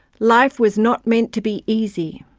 life was not meant to be easy.